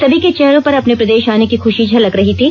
सभी के चेहरों पर अपने प्रदेश आने की खुशी झलक रही थी